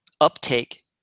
uptake